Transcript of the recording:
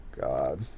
God